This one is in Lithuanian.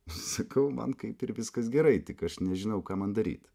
sakau man kaip ir viskas gerai tik aš nežinau ką man daryt